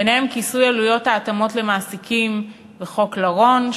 וביניהן כיסוי עלויות ההתאמות למעסיקים וחוק לרון,